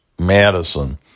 Madison